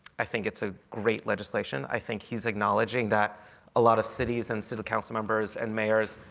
i think it's a great legislation. i think he's acknowledging that a lot of cities and city council members and mayors